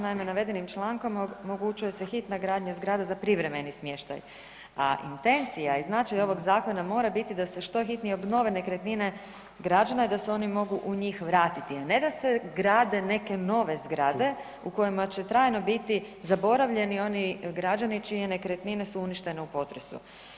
Naime, navedenim člankom omogućuje se hitna gradnja zgrada za privremeni smještaj, a intencija i značaj ovog zakona mora biti da se što hitnije obnove nekretnine i građevine i da se oni mogu u njih vratiti, a ne da se grade neke nove zgrade u kojima će trajno biti zaboravljeni oni građani čije nekretnine su uništene u potresu.